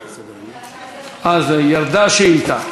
אה, ירדה השאילתה.